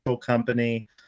Company